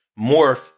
morph